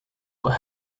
were